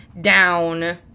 down